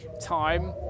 time